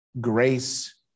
Grace